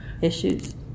Issues